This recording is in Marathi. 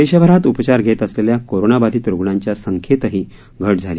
देशभरात उपचार घेत असलेल्या कोरोनाबाधित रुग्णांच्या संख्येतही घट झाली